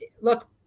look